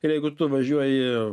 ir jeigu tu važiuoji